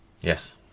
Yes